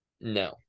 No